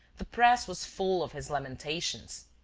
the press was full of his lamentations!